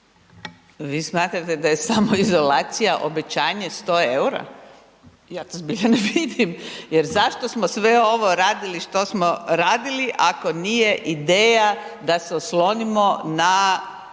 Vi smatrate da je samoizolacija obećanje 100 EUR-a? Ja to zbilja ne vidim. Jer zašto smo sve ovo radili što smo radili ako nije ideja da se oslonimo na